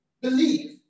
believe